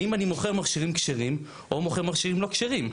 האם אני מוכר מכשירים כשרים או מוכר מכשירים לא כשרים.